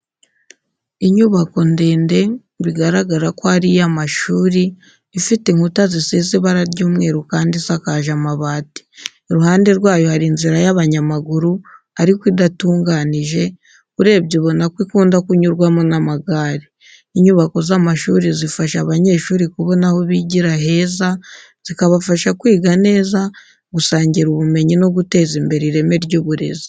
Inyubako ndebe bibaragara ko ari iy'amashuri, ifite inkuta zisize ibara ry'umweru kandi isakaje amabati. Iruhande rwayo hari inzira y'abanyamaguru ariko idatunganije, urebye ubona ko ikunda kunyurwamo n'amagare. Inyubako z’amashuri zifasha abanyeshuri kubona aho bigira heza, zikabafasha kwiga neza, gusangira ubumenyi no guteza imbere ireme ry’uburezi.